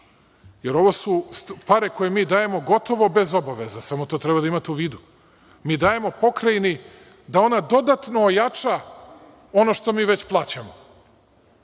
jer ovo su pare koje mi dajemo gotovo bez obaveza, samo to treba da imate u vidu. Mi dajemo Pokrajini da ona dodatno ojača ono što mi već plaćamo.